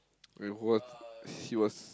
she was